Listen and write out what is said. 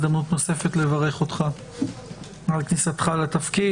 הזדמנות נוספת לברך אותך על כניסתך לתפקיד.